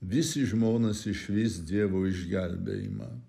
visi žmonės išvys dievo išgelbėjimą